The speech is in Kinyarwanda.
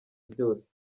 byose